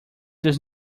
does